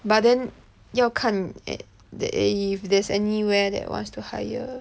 but then 要看 eh that if there's anywhere that wants to hire